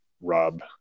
Rob